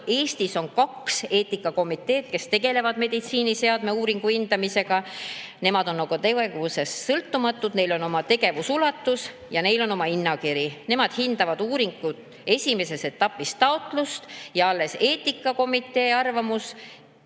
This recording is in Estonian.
Eestis on kaks eetikakomiteed, kes tegelevad meditsiiniseadme uuringu hindamisega. Nemad on oma tegevuses sõltumatud. Neil on oma tegevusulatus ja neil on oma hinnakiri. Nemad hindavad uuringu esimeses etapis taotlust ja alles eetikakomitee arvamuse